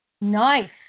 Nice